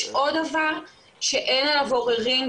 יש עוד דבר שאין עליו עוררין,